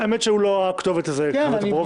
האמת שהוא לא הכתובת לזה, חבר